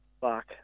Fuck